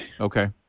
Okay